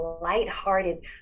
lighthearted